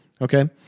okay